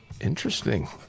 Interesting